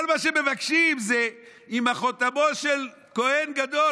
כל מה שמבקשים זה עם חותמו של כהן גדול,